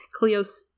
Cleos